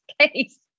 case